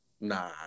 nah